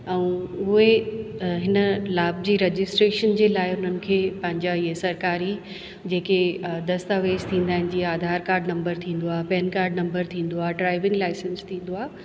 ऐं उहे हिन लाभ जी रजिस्ट्रेशन जे लाइ उन्हनि पंहिंजा ईअं सरकारी जेके दस्तावेज़ थींदा आहिनि जीअं आधार कार्ड नंबर थींदो आहे पैन कार्ड नंबर थींदो आहे ड्राइविंग लाइसेंस थींदो आहे